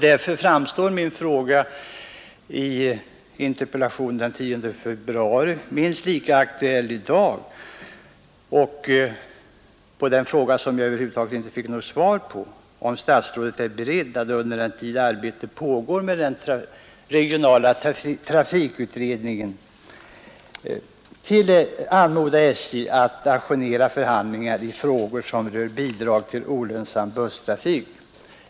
Därför framstår min fråga i interpellationen den 10 februari, som jag över huvud taget inte fick något svar på, minst lika aktuell i dag, nämligen om statsrådet är beredd att under den tid arbetet pågår med den regionala trafikutredningen anmoda SJ att ajournera förhandlingar i frågor som rör bidrag till olönsam busstrafik.